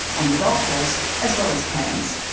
on the gold coast, as well as cairns.